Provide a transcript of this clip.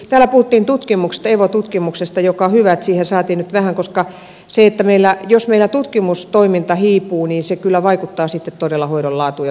täällä puhuttiin evo tutkimuksesta ja on hyvä että siihen saatiin nyt vähän koska jos meillä tutkimustoiminta hiipuu niin se kyllä vaikuttaa sitten todella hoidon laatuun ja vaikuttavuuteen